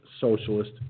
socialist